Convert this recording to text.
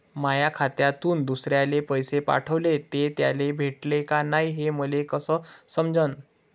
माया खात्यातून दुसऱ्याले पैसे पाठवले, ते त्याले भेटले का नाय हे मले कस समजन?